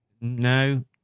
No